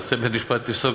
אז שבית-המשפט יפסוק